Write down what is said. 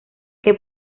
que